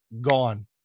gone